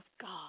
God